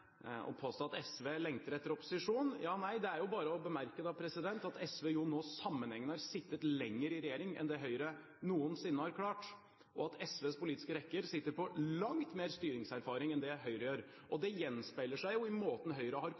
Å påstå at SV lengter etter opposisjon – det er jo bare å bemerke at SV nå sammenhengende har sittet lenger i regjering enn det Høyre noensinne har klart, og at SVs politiske rekker sitter på langt mer styringserfaring enn det Høyre gjør. Det gjenspeiler seg i måten Høyre har